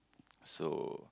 so